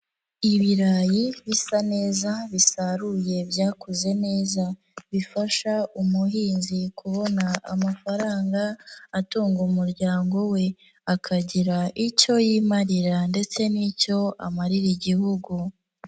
Ibirayi bisa neza bisaruye byakuze neza, bifasha umuhinzi kubona amafaranga atunga umuryango we, akagira icyo yimarira ndetse n'icyo amarira Igihugu.